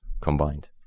combined